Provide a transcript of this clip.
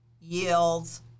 yields